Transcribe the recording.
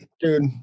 dude